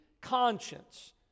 conscience